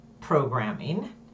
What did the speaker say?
programming